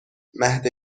مهد